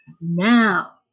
Now